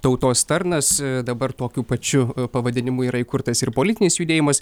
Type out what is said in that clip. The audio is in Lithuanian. tautos tarnas dabar tokiu pačiu pavadinimu yra įkurtas ir politinis judėjimas